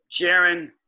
Jaron